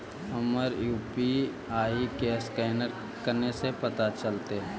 हमर यु.पी.आई के असकैनर कने से पता चलतै?